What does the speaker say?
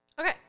Okay